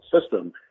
system